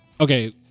okay